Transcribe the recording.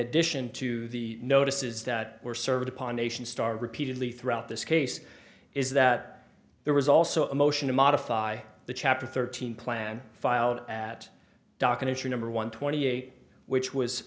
addition to the notices that were served upon nation star repeatedly throughout this case is that there was also a motion to modify the chapter thirteen plan filed at docket issue number one twenty eight which was